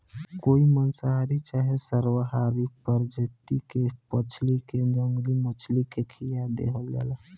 कोई मांसाहारी चाहे सर्वाहारी प्रजाति के मछली के जंगली मछली के खीया देहल जाला